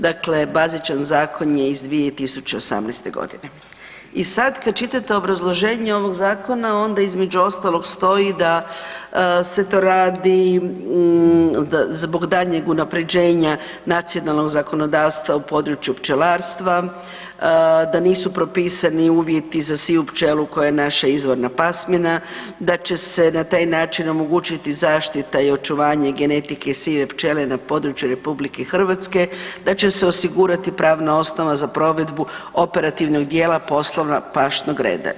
Dakle, bazičan zakon je iz 2018. g. i sad kad čitate obrazloženje ovog Zakona, onda između stoji da se to radi zbog daljnjem unaprjeđenja nacionalnog zakonodavstva u području pčelarstva, da nasu propisani uvjeti za sivu pčelu koja je naša izvorna pasmina, da će se na taj način omogućiti zaštita i očuvanje genetike sive pčele na području RH, da će se osigurati pravna osnova za provedbu operativnog dijela poslova pašnog reda.